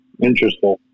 interesting